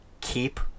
Keep